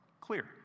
clear